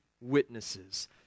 witnesses